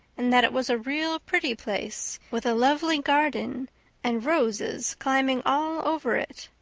and that it was a real pretty place, with a lovely garden and roses climbing all over it.